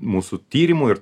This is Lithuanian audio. mūsų tyrimų ir